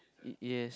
y~ yes